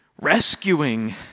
Rescuing